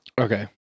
Okay